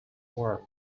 world